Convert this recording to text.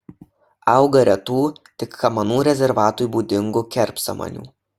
auga retų tik kamanų rezervatui būdingų kerpsamanių